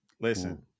Listen